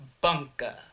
Bunker